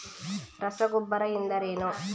ರಸಗೊಬ್ಬರ ಎಂದರೇನು?